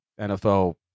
NFL